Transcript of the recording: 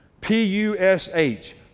P-U-S-H